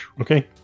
Okay